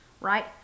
Right